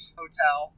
hotel